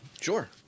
Sure